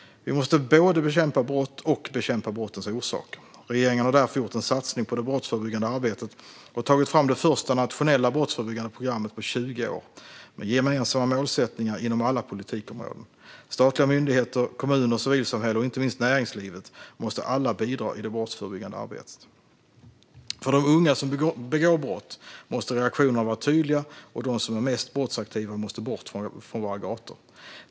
Vi måste både bekämpa brott och bekämpa brottens orsaker. Regeringen har därför gjort en satsning på det brottsförebyggande arbetet och tagit fram det första nationella brottsförebyggande programmet på 20 år med gemensamma målsättningar inom alla politikområden. Statliga myndigheter, kommuner, civilsamhälle och inte minst näringslivet måste alla bidra i det brottsförebyggande arbetet. För de unga som begår brott måste reaktionerna vara tydliga, och de som är mest brottsaktiva måste bort från våra gator.